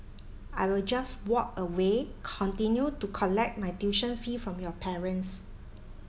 I will just walk away continue to collect my tuition fee from your parents